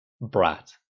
Brat